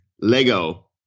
Lego